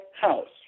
house